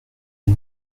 une